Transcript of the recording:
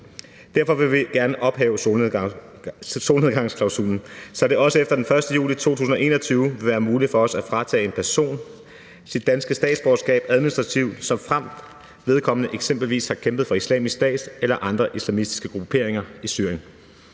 Derfor vil vi gerne ophæve solnedgangsklausulen, så det også efter den 1. juli 2021 vil være muligt for os at fratage en persons danske statsborgerskab administrativt, såfremt vedkommende eksempelvis har kæmpet for Islamisk Stat eller andre islamistiske grupperinger i Syrien